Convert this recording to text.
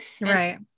Right